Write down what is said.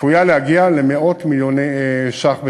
צפויות להגיע למאות מיליוני ש"ח בשנה.